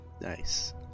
Nice